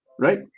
right